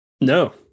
No